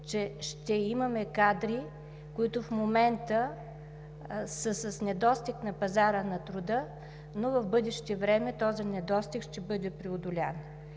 че ще имаме кадри, които в момента са с недостиг на пазара на труда, но в бъдеще време този недостиг ще бъде преодолян.